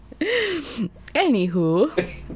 Anywho